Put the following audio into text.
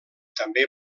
també